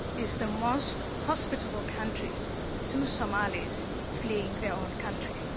is the most hospitable country to somalis fleeing their own country,